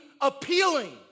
appealing